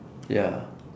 ya